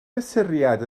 mesuriad